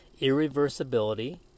irreversibility